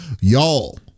y'all